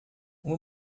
uma